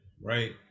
right